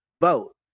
vote